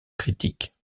critiques